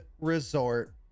resort